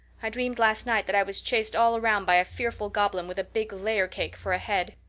i dreamed last night that i was chased all around by a fearful goblin with a big layer cake for a head.